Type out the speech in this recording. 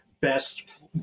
best